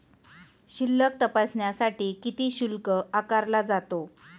शिल्लक तपासण्यासाठी किती शुल्क आकारला जातो?